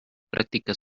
prácticas